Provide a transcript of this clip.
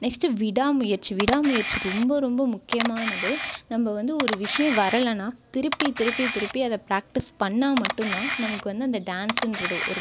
next விடாமுயற்சி விடாமுயற்சி ரொம்ப ரொம்ப முக்கியமானது நம்ம வந்து ஒரு விஷயம் வரலைனா திருப்பி திருப்பி திருப்பி அதை ப்ராக்டிஸ் பண்ணால் மட்டும் தான் நமக்கு வந்து அந்த டான்ஸுங்றது ஒரு